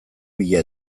bila